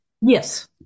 yes